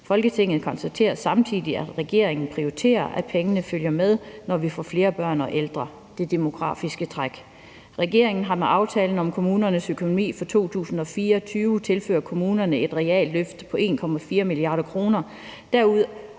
Folketinget konstaterer samtidigt, at regeringen prioriterer, at pengene følger med, når vi bliver flere børn og ældre (det demografiske træk). Regeringen har med aftalen om kommunernes økonomi for 2024 tilført kommunerne et realløft på 1,4 mia. kr. Derudover